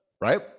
Right